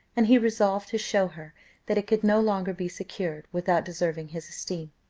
and he resolved to show her that it could no longer be secured without deserving his esteem.